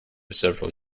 several